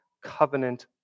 covenant